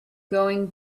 going